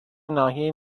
ناحیه